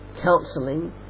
counseling